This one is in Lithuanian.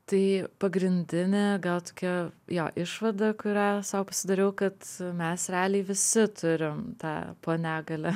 tai pagrindinė gal tokia jo išvada kurią sau pasidariau kad mes realiai visi turim tą po negalią